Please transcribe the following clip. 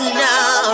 now